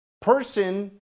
person